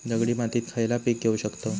दगडी मातीत खयला पीक घेव शकताव?